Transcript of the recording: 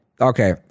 okay